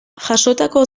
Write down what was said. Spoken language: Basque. jasotako